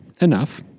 enough